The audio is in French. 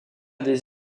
des